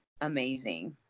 amazing